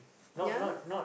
yeah lah